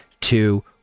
two